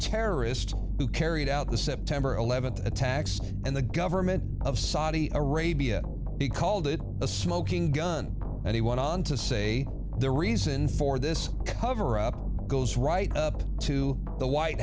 terrorists who carried out the september eleventh attacks and the government of saudi arabia he called it a smoking gun and he went on to say the reason for this cover up goes right up to the white